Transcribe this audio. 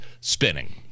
spinning